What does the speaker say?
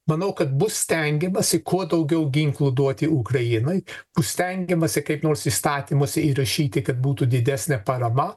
manau kad bus stengiamasi kuo daugiau ginklų duoti ukrainai bus stengiamasi kaip nors įstatymuose įrašyti kad būtų didesnė parama